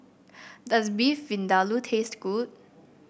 does Beef Vindaloo taste good